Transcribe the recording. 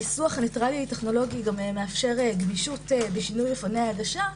הניסוח הניטרלי טכנולוגי גם מאפשר גמישות בשינוי אופני ההגשה,